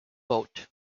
boat